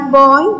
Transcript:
boy